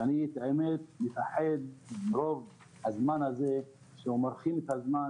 אני מרגיש שמורחים את הזמן,